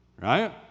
right